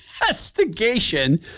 investigation